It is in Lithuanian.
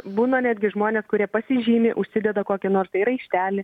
būna netgi žmonės kurie pasižymi užsideda kokį nors tai raištelį